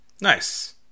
Nice